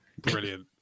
Brilliant